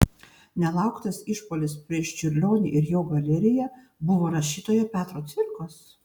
nelauktas išpuolis prieš čiurlionį ir jo galeriją buvo rašytojo petro cvirkos